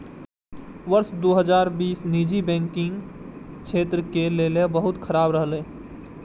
वर्ष दू हजार बीस निजी बैंकिंग क्षेत्र के लेल बहुत खराब रहलै